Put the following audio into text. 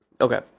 Okay